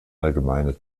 allgemeine